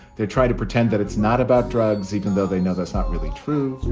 they're trying to pretend that it's not about drugs, even though they know that's not really true